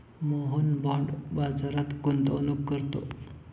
Mohan bond बाजारात गुंतवणूक करतो